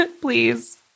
please